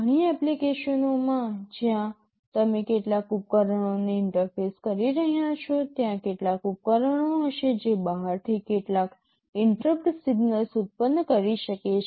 ઘણી એપ્લિકેશનોમાં જ્યાં તમે કેટલાક ઉપકરણોને ઇન્ટરફેસ કરી રહ્યાં છો ત્યાં કેટલાક ઉપકરણો હશે જે બહારથી કેટલાક ઇન્ટરપ્ટ સિગ્નલસ ઉત્પન્ન કરી શકે છે